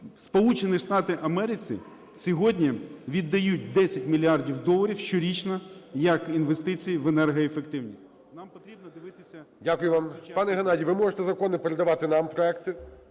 Сполучені Штати Америки сьогодні віддають 10 мільярдів доларів щорічно, як інвестиції в енергоефективність.